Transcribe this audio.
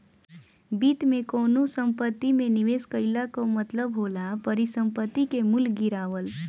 वित्त में कवनो संपत्ति में निवेश कईला कअ मतलब होला परिसंपत्ति के मूल्य गिरावल